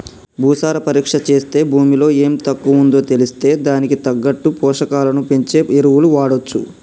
భూసార పరీక్ష చేస్తే భూమిలో ఎం తక్కువుందో తెలిస్తే దానికి తగ్గట్టు పోషకాలను పెంచే ఎరువులు వాడొచ్చు